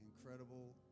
incredible